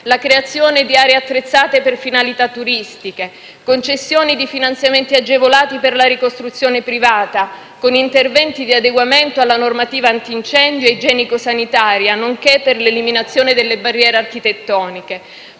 la creazione di aree attrezzate per finalità turistiche e le concessioni di finanziamenti agevolati per la ricostruzione privata con interventi di adeguamento alla normativa antincendio e igienico-sanitaria nonché per l'eliminazione delle barriere architettoniche.